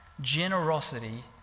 generosity